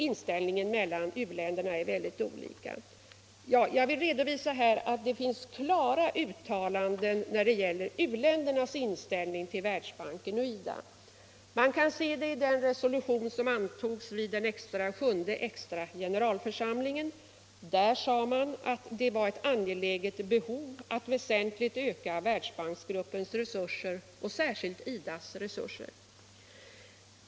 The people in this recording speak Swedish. Jag vill då redovisa att det finns klara uttalanden som visar u-ländernas inställning till Världsbanken och IDA. Den framgår t.ex. av den resolution som antogs av den sjunde extra generalförsamlingen. Där sade man att det var ett angeläget behov att Om Sveriges medlemskap i Världsbanken Om Sveriges medlemskap i Världsbanken väsentligt öka Världsbanksgruppens resurser och särskilt IDA:s.